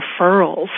referrals